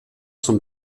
zum